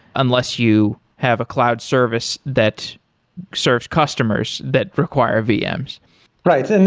unless you have a cloud service that serves customers that require vms right. and